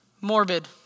Morbid